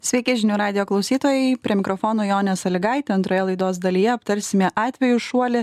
sveiki žinių radijo klausytojai prie mikrofono jonė sąlygaitė antroje laidos dalyje aptarsime atvejų šuolį